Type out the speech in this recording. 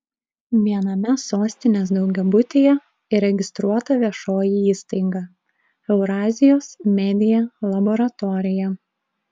viename sostinės daugiabutyje įregistruota viešoji įstaiga eurazijos media laboratorija